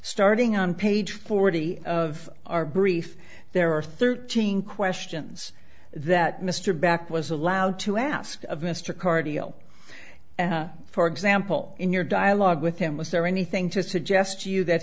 starting on page forty of our brief there are thirteen questions that mr back was allowed to ask of mr cardio for example in your dialogue with him was there anything to suggest to you that